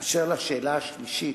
אשר לשאלה השלישית,